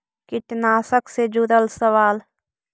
कीटनाशक से जुड़ल सवाल?